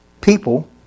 people